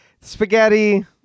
spaghetti